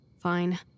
Fine